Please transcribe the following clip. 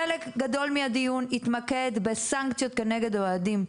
חלק גדול מהדיון התמקד בסנקציות כנגד אוהדים.